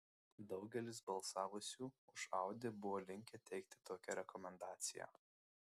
daugelis balsavusių už audi buvo linkę teikti tokią rekomendaciją